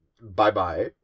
Bye-bye